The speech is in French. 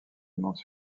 immense